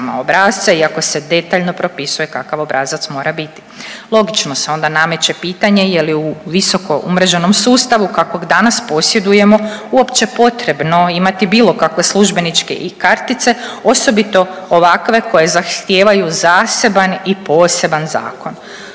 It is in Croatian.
iako se detaljno propisuje kakav obrazac mora biti. Logično se onda nameće pitanje je li u visoko umreženom sustavu kakvog danas posjedujemo uopće potrebno imati bilo kakve službeničke i kartice osobito ovakve koje zahtijevaju zaseban i poseban zakona.